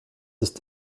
ist